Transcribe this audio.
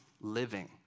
living